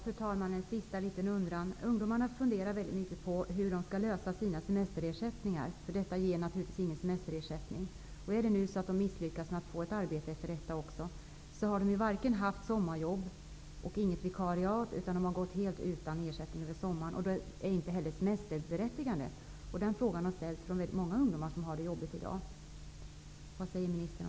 Fru talman! Det stämmer att ungdomspraktik inte ger semesterersättning eftersom det inte handlar om någon anställning. Ersättning för den lediga månad som de flesta vill ha sker i de flesta fall med hjälp av KAS eller a-kassa.